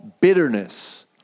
bitterness